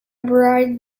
bright